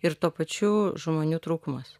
ir tuo pačiu žmonių trūkumas